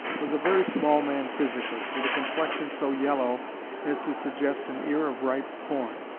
was a very small man physically, with a complexion so yellow as to suggest an ear of ripe corn.